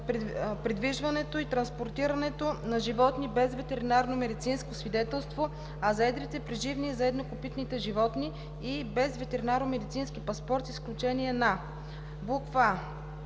придвижването и транспортирането на животни без ветеринарномедицинско свидетелство, а за едрите преживни и за еднокопитните животни – и без ветеринарномедицински паспорт, с изключение на: а)